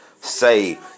say